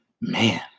man